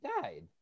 died